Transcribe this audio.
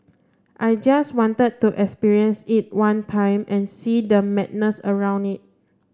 I just wanted to experience it one time and see the madness around it